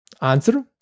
Answer